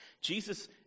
Jesus